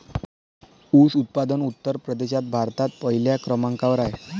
ऊस उत्पादनात उत्तर प्रदेश भारतात पहिल्या क्रमांकावर आहे